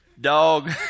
dog